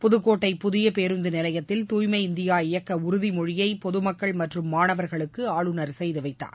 புதுக்கோட்டை புதிய பேருந்து நிலையத்தில் தூய்மை இந்தியா இயக்க உறுதிமொழியை பொதுமக்கள் மற்றும் மாணவர்களுக்கு ஆளுநர் செய்துவைத்தார்